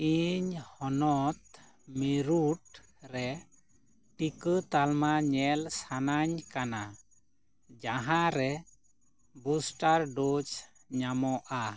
ᱤᱧ ᱦᱚᱱᱚᱛ ᱢᱤᱨᱩᱴ ᱨᱮ ᱴᱤᱠᱟᱹ ᱛᱟᱞᱢᱟ ᱧᱮᱞ ᱥᱟᱱᱟᱧ ᱠᱟᱱᱟ ᱡᱟᱦᱟᱸ ᱨᱮ ᱵᱩᱥᱴᱟᱨ ᱰᱳᱡᱽ ᱧᱟᱢᱚᱜᱼᱟ